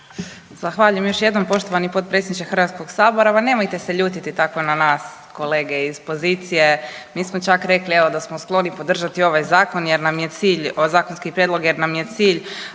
Zahvaljujem još jednom poštovani potpredsjedniče HS. Ma nemojte se ljutiti tako na nas kolege iz pozicije, mi smo čak rekli evo da smo skloni podržati ovaj zakon jer nam je cilj, zakonski prijedlog jer nam je cilj